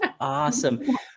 awesome